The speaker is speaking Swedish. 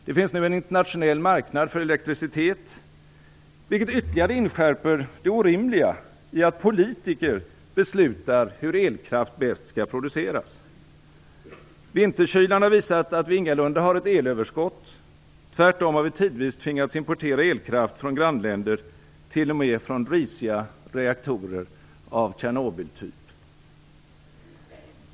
Det finns nu en internationell marknad för elektricitet, vilket ytterligare inskärper det orimliga i att politiker beslutar hur elkraft bäst skall produceras. Vinterkylan har visat att vi ingalunda har ett elöverskott - tvärtom har vi tidvis tvingats importera elkraft från grannländer, t.o.m. från risiga reaktorer av Tjernobyltyp.